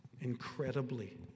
Incredibly